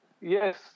yes